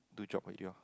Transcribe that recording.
do job already lor